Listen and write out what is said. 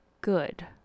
good